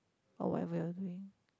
or whatever you're doing